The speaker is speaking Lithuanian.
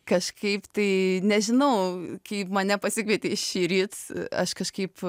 kažkaip tai nežinau kai mane pasikvietei šįryt aš kažkaip